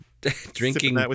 drinking